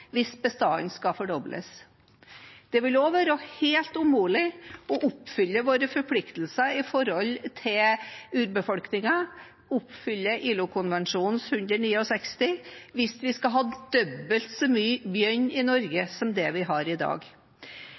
hvis bestanden skal fordobles. Det vil også være helt umulig å oppfylle våre forpliktelser overfor urbefolkningen, oppfylle ILO-konvensjon nr. 169, hvis vi skal ha dobbelt så mye bjørn i Norge som det vi har i dag.